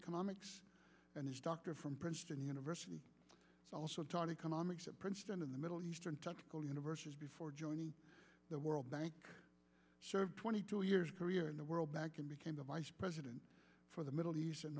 economics and his doctor from princeton university also taught economics at princeton in the middle east technical university before joining the world bank served twenty two years career in the world bank and became the vice president for the middle east